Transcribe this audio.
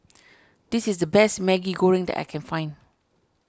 this is the best Maggi Goreng that I can find